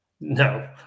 No